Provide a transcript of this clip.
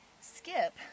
Skip